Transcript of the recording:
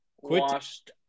washed